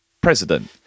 president